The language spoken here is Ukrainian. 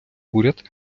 уряд